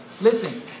Listen